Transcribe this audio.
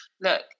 look